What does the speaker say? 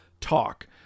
talk